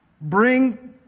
bring